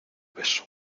beso